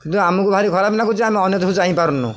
କିନ୍ତୁ ଆମକୁ ଭାରି ଖରାପ ଲାଗୁଛି ଆମେ ଅନ୍ୟକୁ ଯାଇପାରୁନୁ